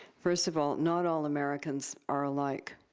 first of all, not all americans are alike.